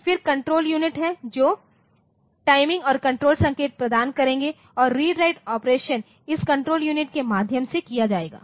फिर control unit हैं जो टयमिनग और कण्ट्रोल संकेत प्रदान करेंगे और रीड राइट ऑपरेशन इस कण्ट्रोल यूनिट के माध्यम से किया जाएगा